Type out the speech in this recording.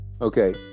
Okay